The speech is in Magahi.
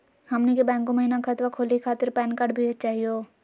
हमनी के बैंको महिना खतवा खोलही खातीर पैन कार्ड भी चाहियो?